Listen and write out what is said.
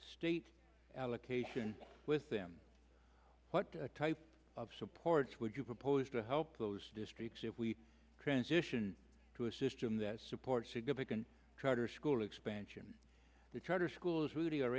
state allocation with them what type of supports would you propose to help those districts if we transition to a system that supports significant trotters school expansion the charter schools really are